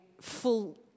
full